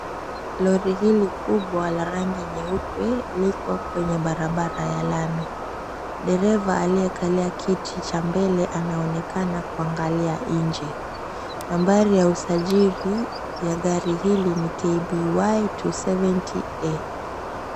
Lori hili kubwa la rangi nyeupe liko kwenye barabara ya lami. Dereva aliyekalia kiti cha mbele anaonekana kuangalia nje. Nambari ya usajili ya gari hili ni 'KBY 270A'.